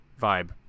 vibe